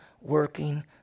working